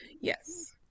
Yes